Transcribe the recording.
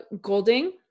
Golding